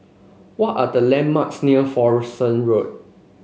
what are the landmarks near Florence Road